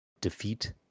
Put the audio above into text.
Defeat